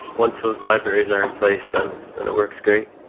once those libraries are in place, then and it works great.